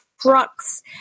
trucks